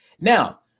Now